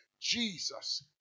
Jesus